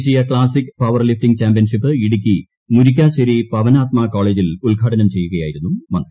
ദേശീയ classic powerlifting championship Idukki Murikkassery Pavanatma കോളേജിൽ ഉദ്ഘാടനം ചെയ്യുകയായിരുന്നു മന്ത്രി